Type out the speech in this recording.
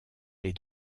les